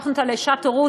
הפכנו אותה לשעת הורות,